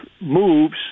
moves